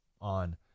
on